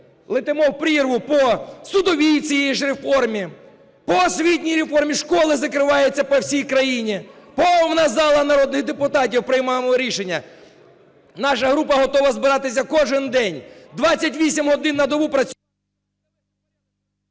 летимо в прірву по судовій цій же реформі. По освітній реформі школи закриваються по всій країні. Повна зала народних депутатів – приймаємо рішення. Наша група готова збиратися кожен день, 28 годин на добу працювати…